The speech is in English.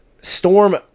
Storm